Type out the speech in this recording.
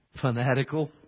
fanatical